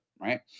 right